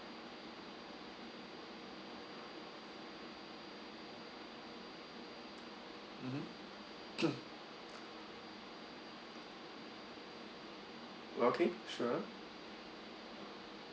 mmhmm sure